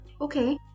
Okay